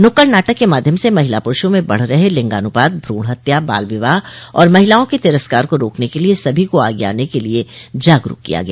नुक्कड़ नाटक के माध्यम से महिला पुरुषों में बढ़ रहे लिंगानुपात भ्रूण हत्या बाल विवाह और महिलाओं के तिरस्कार को रोकने के लिए सभी को आगे आने के लिए जागरूक किया गया